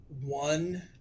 one